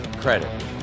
credit